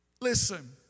Listen